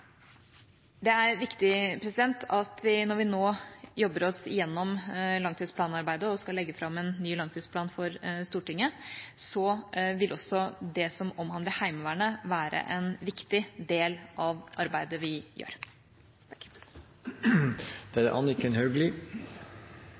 Det er viktig at når vi nå jobber oss gjennom langtidsplanarbeidet og skal legge fram ny langtidsplan for Stortinget, vil også det som omhandler Heimevernet, være en viktig del av arbeidet vi gjør.